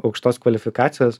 aukštos kvalifikacijos